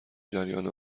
جریان